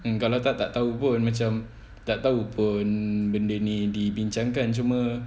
mm kalau kau tak tahu pun macam tak tahu pun benda ni dibincangkan cuma